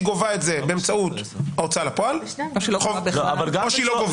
גובה את זה באמצעות ההוצאה לפועל או שהיא לא גובה.